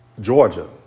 Georgia